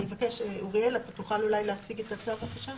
אני אבקש אוריאל, תוכל אולי להשיג את הצו, בבקשה?